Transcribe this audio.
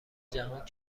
جهان